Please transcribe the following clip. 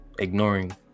ignoring